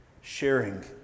sharing